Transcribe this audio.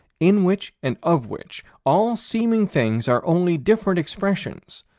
in which and of which all seeming things are only different expressions,